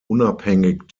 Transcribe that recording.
unabhängig